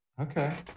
Okay